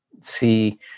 see